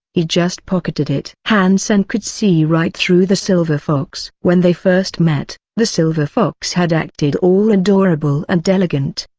he just pocketed it. han sen could see right through the silver fox. when they first met, the silver fox had acted all adorable and elegant.